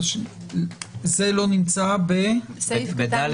זה לא נמצא בסעיף ד.